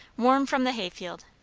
warm from the hay-field,